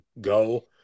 go